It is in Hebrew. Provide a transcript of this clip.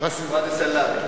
ואדי סלאמה.